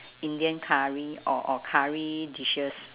indian curry or or curry dishes